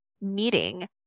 meeting